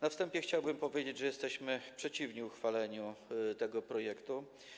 Na wstępie chciałbym powiedzieć, że jesteśmy przeciwni uchwaleniu tego projektu.